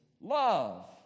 love